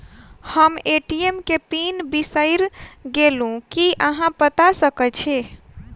हम ए.टी.एम केँ पिन बिसईर गेलू की अहाँ बता सकैत छी?